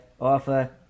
offer